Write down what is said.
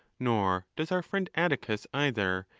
nor does our friend atticus either,